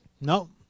No